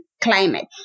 climate